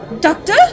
Doctor